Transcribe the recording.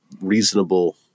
reasonable